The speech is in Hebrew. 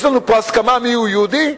יש לנו פה הסכמה מיהו יהודי?